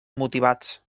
motivats